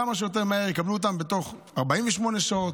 וכמה שיותר מהר יקבלו אותם בתוך 48 שעות,